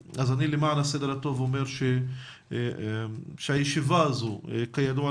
למען הסדר הטוב אני אומר שהישיבה הזאת מוקלטת,